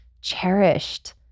cherished